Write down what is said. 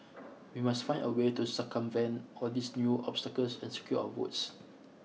we must find a way to circumvent all these new obstacles and secure our votes